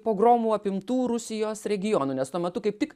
pogromų apimtų rusijos regionų nes tuo metu kaip tik